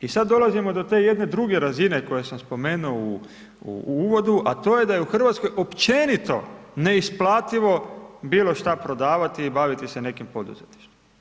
I sad dolazimo do te jedne druge razine koje sam spomenuo u uvodu, a to je da je u Hrvatskoj općenito neisplativo bilo što prodavati i baviti se nekim poduzetništvom.